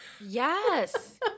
Yes